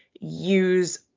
use